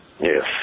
Yes